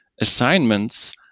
assignments